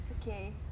Okay